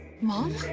Mom